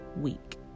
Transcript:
week